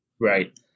Right